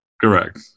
Correct